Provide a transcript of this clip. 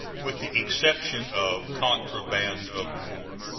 with the exception of contraband of war.